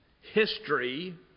history